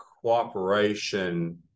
cooperation